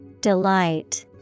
Delight